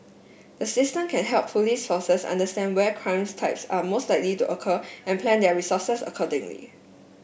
the system can help police forces understand where crimes types are most likely to occur and plan their resources accordingly